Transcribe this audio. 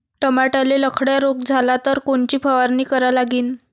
टमाट्याले लखड्या रोग झाला तर कोनची फवारणी करा लागीन?